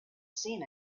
seen